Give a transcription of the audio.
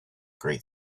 great